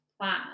plan